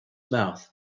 mouth